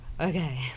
Okay